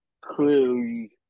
clearly